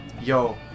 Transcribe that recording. yo